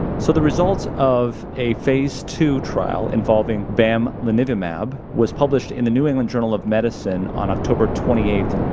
so the results of a phase two trial involving bamlanivimab was published in the new england journal of medicine on october twenty eighth.